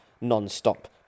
non-stop